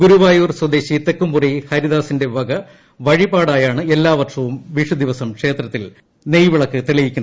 ഗുരുവായൂർ സ്വദേശി തെക്കുംമുറി ഹരിദാസിന്റെ വക വഴിപാടായാണ് എല്ലാ വർഷവും വിഷു ദിവസം ക്ഷേത്രത്തിൽ നെയ്യ്വിളക്ക് തെളിയിക്കുന്നത്